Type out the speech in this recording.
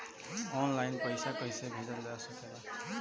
आन line पईसा कईसे भेजल जा सेकला?